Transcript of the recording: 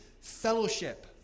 fellowship